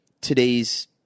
today's